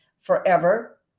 forever